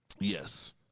Yes